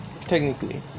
Technically